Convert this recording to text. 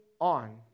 on